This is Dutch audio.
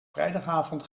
vrijdagavond